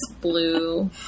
blue